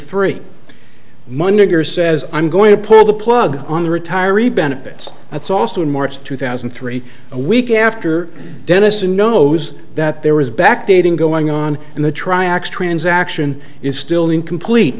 or says i'm going to pull the plug on the retiree benefits that's also in march two thousand and three a week after dennison knows that there was back dating going on and the triax transaction is still incomplete